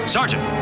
Sergeant